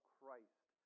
Christ